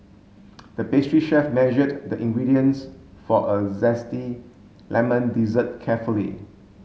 the pastry chef measured the ingredients for a zesty lemon dessert carefully